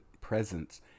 presence